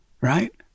right